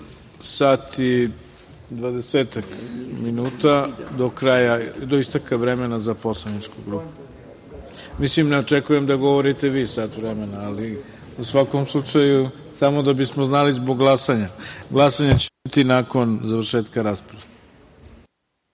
sat i dvadesetak minuta do isteka vremena za poslaničku grupu. Ne očekujem da govorite vi sat vremena, ali u svakom slučaju samo da bismo znali zbog glasanja. Glasanje će biti nakon završetka rasprave. Reč